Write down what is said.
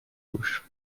bush